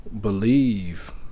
believe